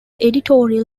editorial